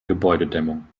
gebäudedämmung